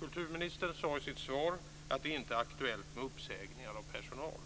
Kulturministern sade i sitt svar att det inte är aktuellt med uppsägningar av personal.